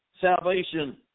salvation